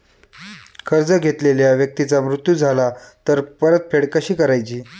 कर्ज घेतलेल्या व्यक्तीचा मृत्यू झाला तर परतफेड कशी करायची?